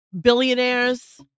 billionaires